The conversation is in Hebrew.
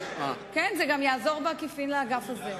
כן, זה גם יעזור בעקיפין לאגף הזה.